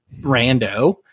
rando